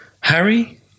Harry